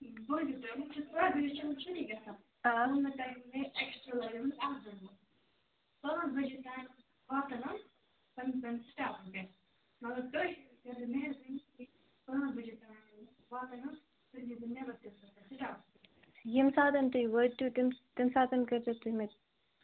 آ ییٚمہِ ساتَن تُہۍ وٲتِو تَمہِ ساتَن کٔرۍ زٮ۪و تُہۍ مےٚ